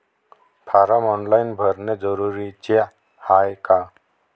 Form online भरने जरुरीचे हाय का?